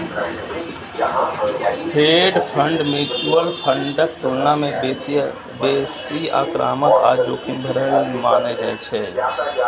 hedge fund mutual फंडक तुलना मे बेसी आक्रामक आ जोखिम भरल मानल जाइ छै